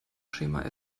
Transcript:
schema